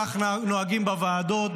כך נוהגים בוועדות,